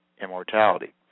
Immortality